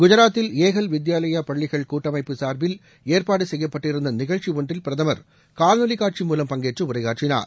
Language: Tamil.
குஜராத்தில் ஏகல் வித்யாலயா பள்ளிகள் கூட்டமைப்பு சார்பில் ஏற்பாடு செய்யப்பட்டிருந்த நிகழ்ச்சி ஒன்றில் பிரதமர் காணொலி காட்சி மூலம் பங்கேற்று உரையாற்றினார்